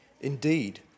Indeed